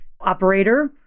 operator